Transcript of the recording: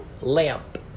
Lamp